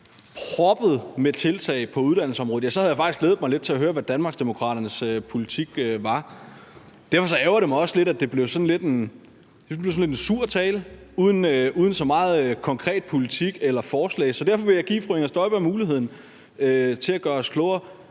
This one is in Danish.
proppet med tiltag på uddannelsesområdet, ja, så havde jeg faktisk glædet mig lidt til at høre, hvad Danmarksdemokraternes politik var. Derfor ærgrer det mig også, at det blev sådan lidt en sur tale uden så meget konkret politik eller konkrete forslag. Så derfor vil jeg give fru Inger Støjberg muligheden for at gøre os klogere: